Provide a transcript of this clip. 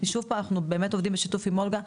אנחנו עובדים בשיתוף פעולה עם אולגה,